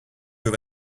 with